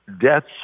Deaths